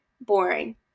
boring